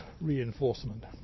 reinforcement